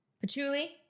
Patchouli